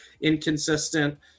inconsistent